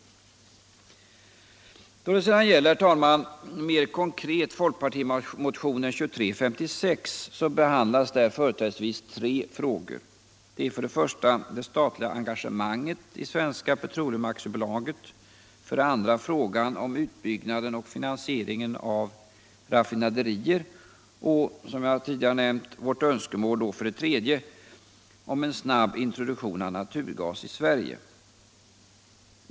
Då det sedan, herr talman, mer konkret gäller folkpartimotionen 2356, behandlas där företrädesvis tre frågor, för det första det statliga engagemanget i Svenska Petroleum AB, för det andra frågan om utbyggnaden och finansieringen av raffinaderier, och för det tredje, som jag tidigare nämnt, vårt önskemål om en snabb introduktion av naturgas i Sverige.